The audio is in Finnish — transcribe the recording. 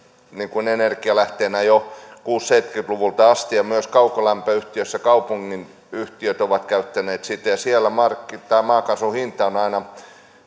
energianlähteenä jo kuusikymmentä viiva seitsemänkymmentä luvulta asti ja myös kaukolämpöyhtiössä kaupungin yhtiöt ovat käyttäneet sitä siellä maakaasun hinta on aina